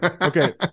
Okay